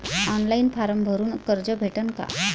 Online form भरून कर्ज भेटन का?